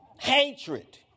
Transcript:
Hatred